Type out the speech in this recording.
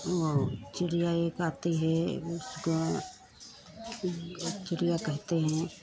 वह चिड़िया एक आती है उसका चिड़िया कहते हैं